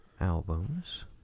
albums